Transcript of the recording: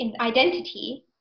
identity